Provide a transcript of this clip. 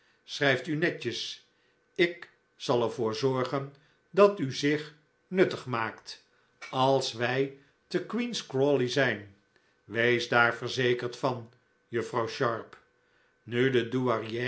schrijft u netjes ik zal er voor zorgen dat u zich nuttig maakt als wij te queen's crawley zijn wees daar verzekerd van juffrouw sharp nu de